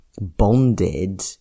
bonded